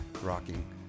rocking